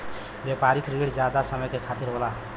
व्यापारिक रिण जादा समय के खातिर होला